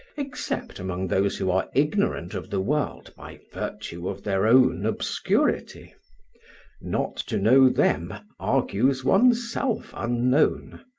except among those who are ignorant of the world by virtue of their own obscurity not to know them, argues one's self unknown.